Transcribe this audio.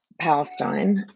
Palestine